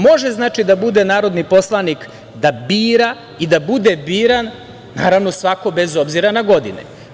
Može znači da bude narodni poslanik, da bira i da bude biran, naravno svako bez obzira na godine.